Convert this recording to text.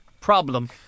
problem